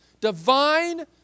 divine